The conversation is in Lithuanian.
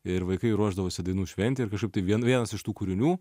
ir vaikai ruošdavosi dainų šventei ir kažkaip tai vien vienas iš tų kūrinių